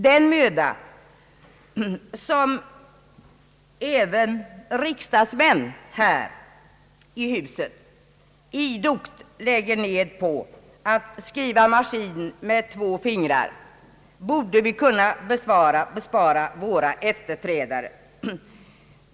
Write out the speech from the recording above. Den möda som även riksdagsmän här i huset idogt lägger ned på att skriva maskin med två fingrar borde vi bespara våra efterträdare.